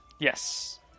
Yes